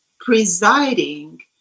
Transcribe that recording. presiding